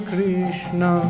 Krishna